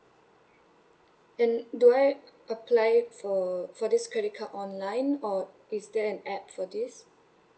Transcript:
and do I apply it for for this credit card online or is there an app for this